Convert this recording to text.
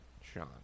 Sean